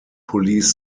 police